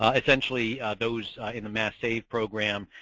ah essentially those in a mass save program,